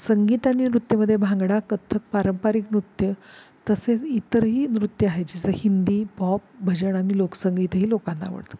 संगीत आणि नृत्यमध्ये भांगडा कथ्थक पारंपरिक नृत्य तसेच इतरही नृत्य आहे जसं हिंदी पॉप भजन आणि लोकसंगीतही लोकांना आवडते